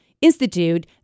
institute